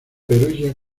perugia